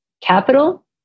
capital